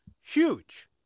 Huge